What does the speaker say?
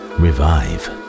revive